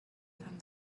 from